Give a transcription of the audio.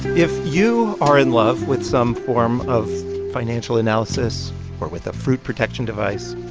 if you are in love with some form of financial analysis or with a fruit-protection device,